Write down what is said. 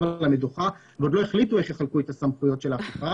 על המדוכה ועוד לא החליטו איך יחלקו את הסמכויות של האכיפה,